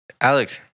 Alex